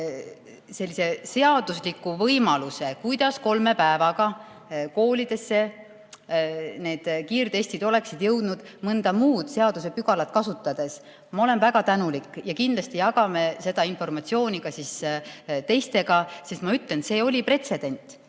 sellise seadusliku võimaluse, kuidas kolme päevaga koolidesse need kiirtestid oleksid jõudnud mõnda muud seadusepügalat kasutades, siis ma olen väga tänulik ja kindlasti jagan seda informatsiooni ka teistega. Ma ütlen, et see oli pretsedent